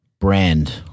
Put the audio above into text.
Brand